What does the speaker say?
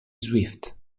swift